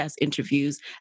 interviews